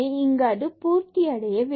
இங்கு அது பூர்த்தி அடையவில்லை